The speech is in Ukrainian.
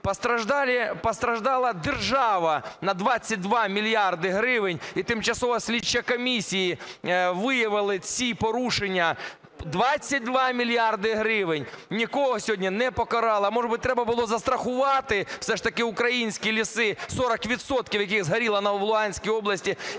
Постраждала держава на 22 мільярди гривень і тимчасова слідча комісія виявила ці порушення, 22 мільярди гривень. Нікого сьогодні не покарали. Може, треба було застрахувати все ж таки українські ліси, 40 відсотків яких згоріло в Луганській області,